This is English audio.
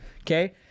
okay